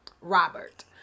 Robert